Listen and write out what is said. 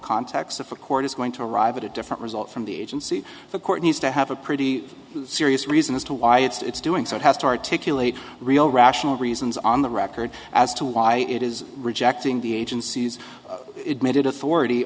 a court is going to arrive at a different result from the agency the court needs to have a pretty serious reason as to why it's doing so it has to articulate real rational reasons on the record as to why it is rejecting the agency's admitted authority